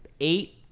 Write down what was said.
eight